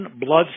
blood